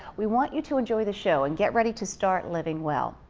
we want you to enjoy the show and get ready to start living well.